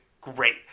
great